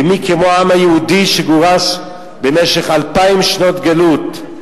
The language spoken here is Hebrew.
ומי כמו העם היהודי שגורש במשך אלפיים שנות גלות,